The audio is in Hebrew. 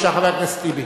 בבקשה, חבר הכנסת טיבי.